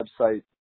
website